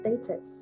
status